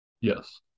Yes